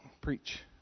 preach